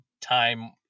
time